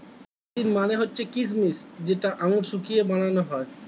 raisin মানে হচ্ছে কিচমিচ যেটা আঙুর শুকিয়ে বানানো হয়